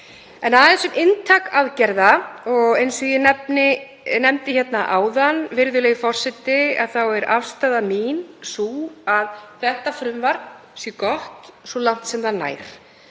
Aðeins um inntak aðgerða. Eins og ég nefndi áðan, virðulegi forseti, er afstaða mín sú að þetta frumvarp sé gott svo langt sem það nær.